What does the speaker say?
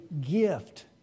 gift